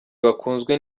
bakunzwe